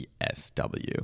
ESW